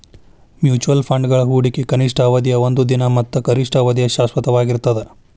mutual ಫಂಡ್ಗಳ ಹೂಡಿಕೆಗ ಕನಿಷ್ಠ ಅವಧಿಯ ಒಂದ ದಿನ ಮತ್ತ ಗರಿಷ್ಠ ಅವಧಿಯ ಶಾಶ್ವತವಾಗಿರ್ತದ